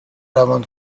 روان